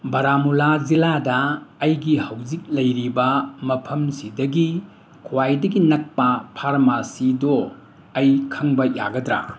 ꯕꯥꯔꯥꯃꯨꯂꯥ ꯖꯤꯂꯥꯗ ꯑꯩꯒꯤ ꯍꯧꯖꯤꯛ ꯂꯩꯔꯤꯕ ꯃꯐꯝꯁꯤꯗꯒꯤ ꯈ꯭ꯋꯥꯏꯗꯒꯤ ꯅꯛꯄ ꯐꯥꯔꯃꯥꯁꯤꯗꯣ ꯑꯩ ꯈꯪꯕ ꯌꯥꯒꯗ꯭ꯔ